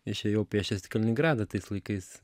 išėjau pėsčias į kaliningradą tais laikais